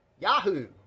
Yahoo